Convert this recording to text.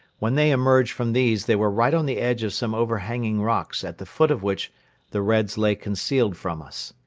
when they emerged from these, they were right on the edge of some overhanging rocks at the foot of which the reds lay concealed from us.